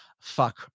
fuck